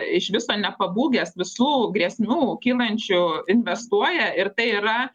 iš viso nepabūgęs visų grėsmių kylančių investuoja ir tai yra